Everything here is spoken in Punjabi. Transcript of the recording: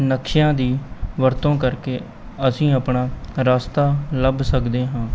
ਨਕਸ਼ਿਆਂ ਦੀ ਵਰਤੋਂ ਕਰਕੇ ਅਸੀਂ ਆਪਣਾ ਰਸਤਾ ਲੱਭ ਸਕਦੇ ਹਾਂ